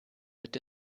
mit